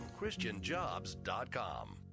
ChristianJobs.com